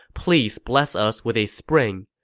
please bless us with a spring.